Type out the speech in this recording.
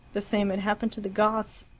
the same had happened to the goths.